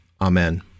Amen